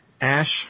Ash